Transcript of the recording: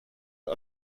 mit